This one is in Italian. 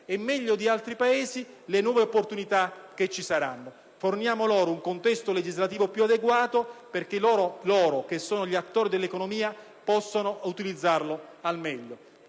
e di altri Paesi le nuove opportunità che ci saranno. Forniamo loro un contesto legislativo più adeguato, perché esse - che sono gli attori dell'economia - possano utilizzarlo al meglio.